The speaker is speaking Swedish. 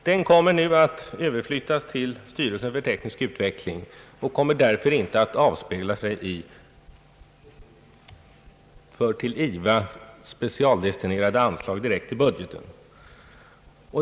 Den kommer nu att överflyttas till styrelsen för teknisk utveckling och kommer därför inte att avspegla sig i ett till IVA specialdistinerat anslag direkt i budgeten.